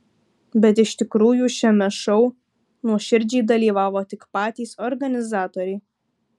bet iš tikrųjų šiame šou nuoširdžiai dalyvavo tik patys organizatoriai